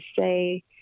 say